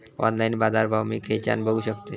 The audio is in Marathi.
ऑनलाइन बाजारभाव मी खेच्यान बघू शकतय?